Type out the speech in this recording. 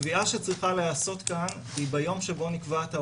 הקביעה שצריכה להיעשות כאן היא ביום שבו נקבעת ההוראה,